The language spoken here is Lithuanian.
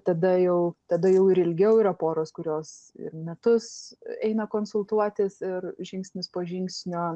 tada jau tada jau ir ilgiau yra poros kurios metus eina konsultuotis ir žingsnis po žingsnio